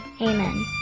Amen